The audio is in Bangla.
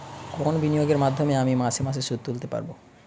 কোন বিনিয়োগের মাধ্যমে আমি মাসে মাসে সুদ তুলতে পারবো?